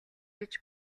гэж